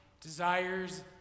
desires